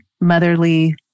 motherly